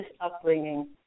upbringing